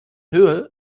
höhe